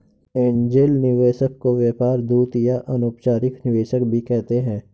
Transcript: angel निवेशक को व्यापार दूत या अनौपचारिक निवेशक भी कहते हैं